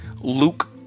Luke